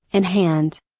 and hand.